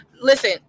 listen